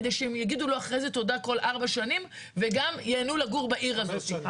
כדי שהם יגידו לו אחרי זה תודה כל ארבע שנים וגם יהנו לגור בעיר הזה.